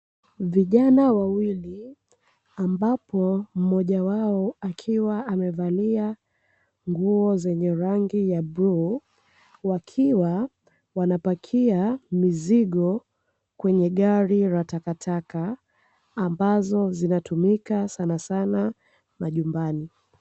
Vijana wawili ambapo mmoja wao akiwa amevalia nguo zenye rangi ya bluu, wakiwa wanapakia mizigo kwenye gari la takataka ambazo zinatumika sanasana majumbani.